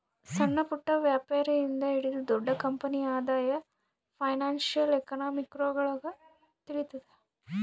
ಸಣ್ಣಪುಟ್ಟ ವ್ಯಾಪಾರಿ ಇಂದ ಹಿಡಿದು ದೊಡ್ಡ ಕಂಪನಿ ಆದಾಯ ಫೈನಾನ್ಶಿಯಲ್ ಎಕನಾಮಿಕ್ರೊಳಗ ತಿಳಿತದ